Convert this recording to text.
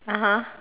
(uh huh)